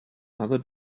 other